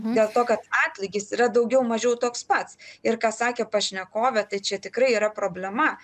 dėl to kad atlygis yra daugiau mažiau toks pats ir ką sakė pašnekovė tai čia tikrai yra problema